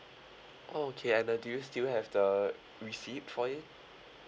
okay and uh do you still have the receipt for it